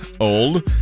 old